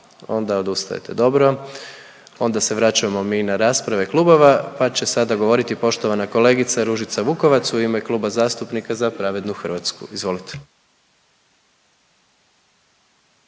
Onda odustajete. Dobro. Onda se vraćamo mi na rasprave klubova pa će sada govoriti poštovana kolegica Ružica Vukovac u ime Kluba zastupnika Za pravednu Hrvatsku, izvolite.